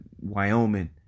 Wyoming